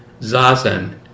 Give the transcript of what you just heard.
zazen